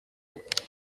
date